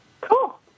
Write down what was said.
Cool